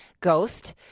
ghost